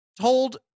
told